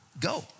go